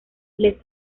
les